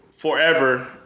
Forever